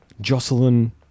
Jocelyn